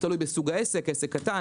תלוי בסוג העסק עסק קטן,